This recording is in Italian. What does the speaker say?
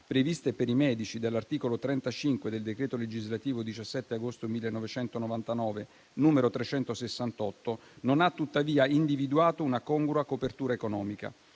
previste per i medici dall'articolo 35 del decreto legislativo 17 agosto 1999, n. 368, non ha tuttavia individuato una congrua copertura economica.